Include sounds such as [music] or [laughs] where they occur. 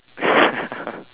[laughs]